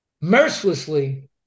mercilessly